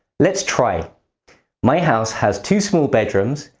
let's try my house has two small bedrooms,